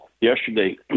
Yesterday